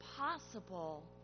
possible